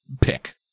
pick